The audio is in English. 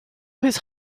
his